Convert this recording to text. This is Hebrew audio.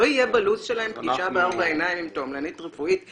לא יהיה בלו"ז שלהם פגישה בארבע עיניים עם תועמלנית רפואית.